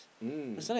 mm